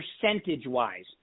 percentage-wise